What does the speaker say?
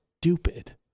stupid